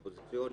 אופוזיציוניות,